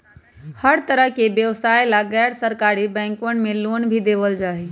हर तरह के व्यवसाय ला गैर सरकारी बैंकवन मे लोन भी देवल जाहई